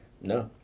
No